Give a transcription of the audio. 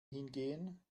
hingehen